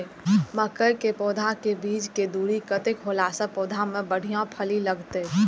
मके के पौधा के बीच के दूरी कतेक होला से पौधा में बढ़िया फली लगते?